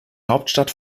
hauptstadt